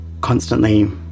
constantly